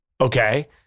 Okay